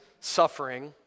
suffering